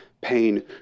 pain